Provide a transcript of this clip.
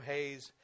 Hayes